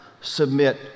submit